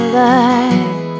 life